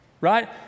right